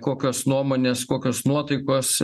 kokios nuomonės kokios nuotaikos